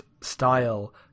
style